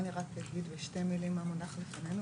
אני רק אגיד בשתי מילים מה מונח לפנינו,